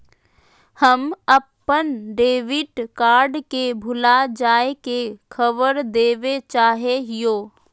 हम अप्पन debit card के भुला जाये के खबर देवे चाहे हियो